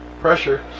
pressure